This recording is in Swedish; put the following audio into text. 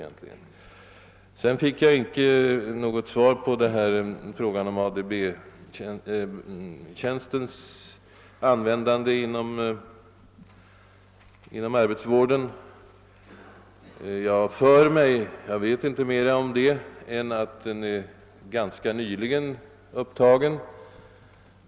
Jag fick inte något svar på frågan om ADB-tjänstens användande inom arbetsvården. Jag har för mig — men jag vet inte något mer om den saken — att denna ganska nyligen har tagits i bruk.